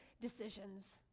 decisions